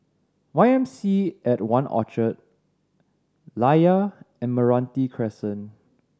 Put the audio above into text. Y M C A at One Orchard Layar and Meranti Crescent